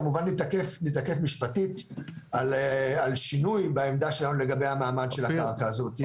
כמובן ניתקף משפטית על שינוי בעמדה שלנו לגבי המעמד של הקרקע הזאת.